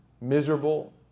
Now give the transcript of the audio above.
miserable